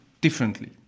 differently